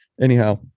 Anyhow